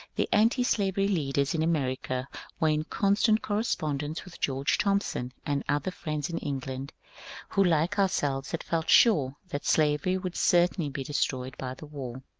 the antislavery leaders in america were in constant correspond ence with george thompson and other friends in england who like ourselves had felt sure that slavery would certainly be destroyed by the war.